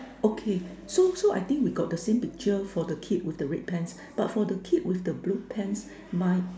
okay so so I think we got the same picture for the kid with the red pants but for the kid with the blue pants might